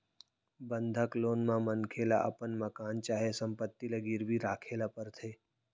बंधक लोन म मनखे ल अपन मकान चाहे संपत्ति ल गिरवी राखे ल परथे